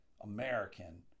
American